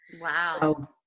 Wow